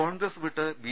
കോൺഗ്രസ് വിട്ട് ബി